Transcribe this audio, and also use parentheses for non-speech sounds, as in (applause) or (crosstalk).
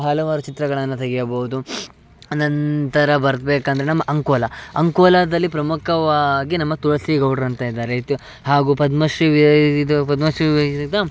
ಹಲವಾರು ಚಿತ್ರಗಳನ್ನು ತೆಗೆಯಬೌದು ಅನಂತರ ಬರಬೇಕಂದ್ರೆ ನಮ್ಮ ಅಂಕೋಲ ಅಂಕೋಲಾದಲ್ಲಿ ಪ್ರಮುಖವಾಗಿ ನಮ್ಮ ತುಳಸಿ ಗೌಡ್ರು ಅಂತ ಇದ್ದಾರೆ ಹಾಗೂ ಪದ್ಮಶ್ರೀ ಇದು ಪದ್ಮಶ್ರೀ (unintelligible)